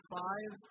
five